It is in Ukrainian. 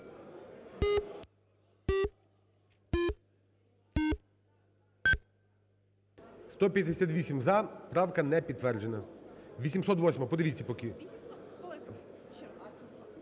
За-158 Правка не підтверджена. 808-а, подивіться поки.